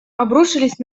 обрушились